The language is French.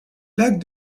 lacs